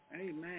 Amen